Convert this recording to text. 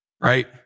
Right